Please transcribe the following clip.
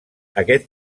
aquest